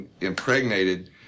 impregnated